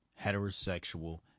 heterosexual